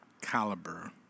caliber